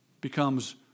becomes